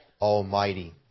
Almighty